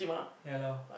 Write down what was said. ya lor